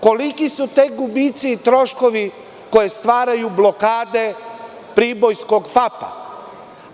Koliki su tek gubici i troškovi koji stvaraju blokade pribojskog FAP-a?